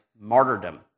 martyrdom